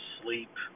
sleep